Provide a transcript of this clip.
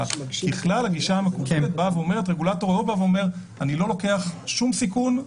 אבל הגישה המקובלת אומרת שרגולטור לא אומר שהוא לא לוקח שום סיכון.